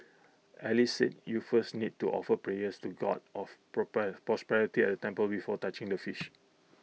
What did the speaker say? alice said you first need to offer prayers to God of proper prosperity at temple before touching the fish